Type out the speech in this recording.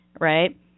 right